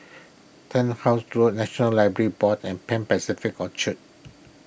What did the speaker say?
Turnhouse Road National Library Board and Pan Pacific Orchard